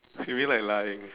you mean like lying